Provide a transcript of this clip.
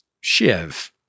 Shiv